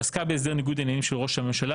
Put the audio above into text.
שעסקה בהסדר ניגוד עניינים של ראש הממשלה,